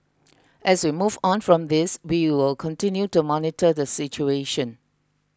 as we move on from this we will continue to monitor the situation